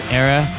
era